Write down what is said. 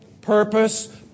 purpose